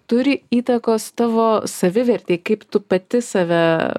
turi įtakos tavo savivertei kaip tu pati save